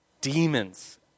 demons